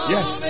Yes